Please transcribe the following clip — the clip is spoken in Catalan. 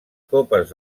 copes